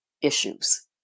issues